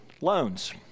loans